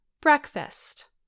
breakfast